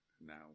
Now